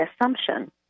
assumption